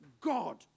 God